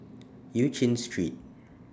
EU Chin Street